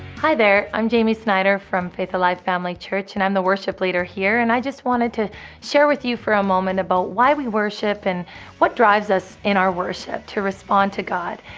hi there, i'm jamie snider from faith alive family church. and i'm the worship leader here and i just wanted to share with you for a moment about why we worship and what drives us in our worship to respond to god.